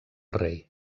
rei